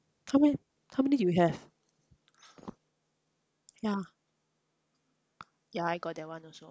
how ma~ how many you have yeah yeah I got that one also